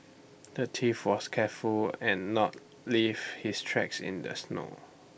the thief was careful and not leave his tracks in the snow